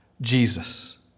Jesus